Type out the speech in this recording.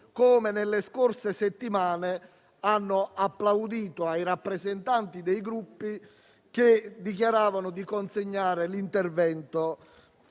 che nelle scorse settimane hanno applaudito parimenti ai rappresentanti dei Gruppi che invitavano a consegnare l'intervento